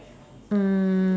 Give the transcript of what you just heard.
um